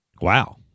Wow